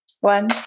One